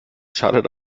schadet